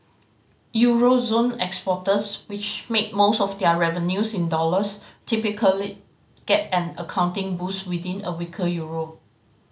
euro zone exporters which make most of their revenues in dollars typically get an accounting boost within a weaker euro